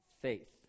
faith